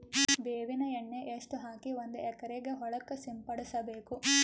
ಬೇವಿನ ಎಣ್ಣೆ ಎಷ್ಟು ಹಾಕಿ ಒಂದ ಎಕರೆಗೆ ಹೊಳಕ್ಕ ಸಿಂಪಡಸಬೇಕು?